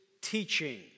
teaching